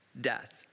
death